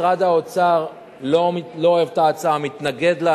משרד האוצר לא אוהב את ההצעה, מתנגד לה.